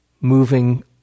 moving